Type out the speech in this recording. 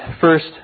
first